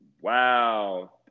Wow